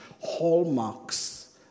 Hallmarks